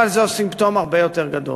אבל זה סימפטום הרבה יותר גדול.